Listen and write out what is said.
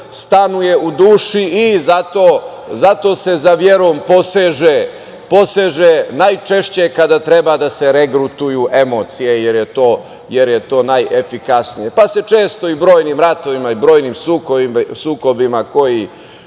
stanuje u duši i zato se za verom poseže najčešće kada treba da se regrutuju emocije, jer je to najefikasnije. Pa, su se često i brojnim ratovima i brojnim sukobima koji